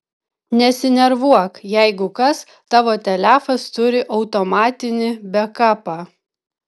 nesinervuok jeigu kas tavo telefas turi automatinį bekapą